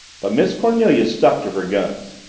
but miss cornelia stuck to her guns.